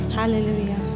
hallelujah